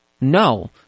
no